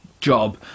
job